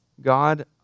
God